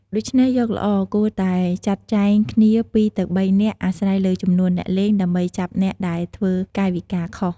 ដូច្នេះ យកល្អ គួរតែចាត់ចែងគ្នា ២ ទៅ ៣ នាក់អាស្រ័យលើចំនួនអ្នកលេង ដើម្បីចាប់អ្នកដែលធ្វើកាយវិការខុស។